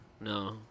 No